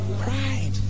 pride